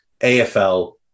AFL